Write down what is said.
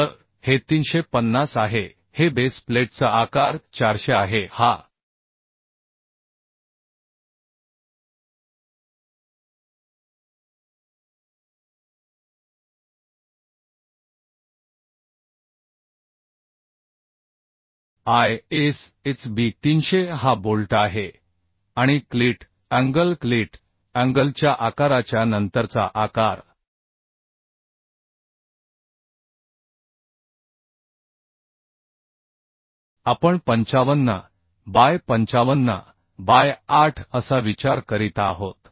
तर हे 350 आहे हे बेस प्लेटचा आकार 400 आहे हा ISHB 300 हा बोल्ट आहे आणि क्लिट अँगल च्या आकाराच्या नंतरचा आकार आपण 55 बाय 55 बाय 8 असा विचार करीत आहोत